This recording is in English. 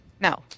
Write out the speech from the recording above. No